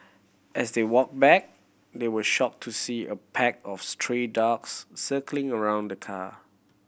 as they walked back they were shocked to see a pack of stray dogs circling around the car